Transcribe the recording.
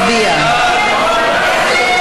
נא להצביע.